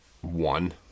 One